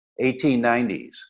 1890s